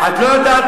את לא יודעת.